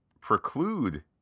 preclude